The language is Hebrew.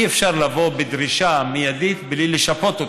אי-אפשר לבוא בדרישה מיידית בלי לשפות אותם.